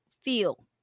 feel